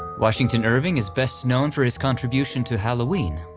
washington irving is best known for his contribution to halloween,